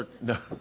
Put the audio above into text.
No